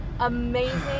amazing